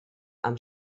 amb